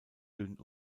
dünn